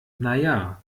naja